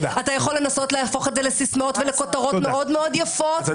אתה יכול לנסות להפוך את זה לסיסמאות ולכותרות מאוד מאוד יפות,